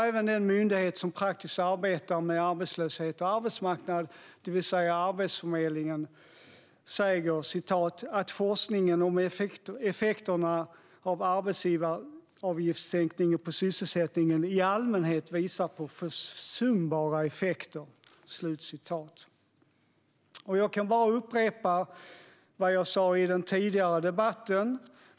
Även den myndighet som arbetar praktiskt med arbetslöshet och arbetsmarknad, det vill säga Arbetsförmedlingen, sa att "forskningen om effekterna av arbetsgivaravgiftssänkningar på sysselsättningen i allmänhet visar på försumbara effekter". Jag kan bara upprepa det jag sa i den tidigare debatten.